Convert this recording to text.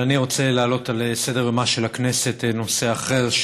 אבל אני רוצה להעלות על סדר-יומה של הכנסת נושא אחר,